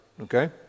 okay